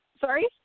Sorry